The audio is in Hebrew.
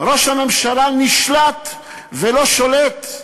ראש הממשלה נשלט ולא שולט.